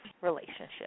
relationship